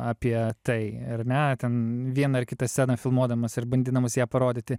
apie tai ar ne ten vieną ar kitą sceną filmuodamas ir bandydamas ją parodyti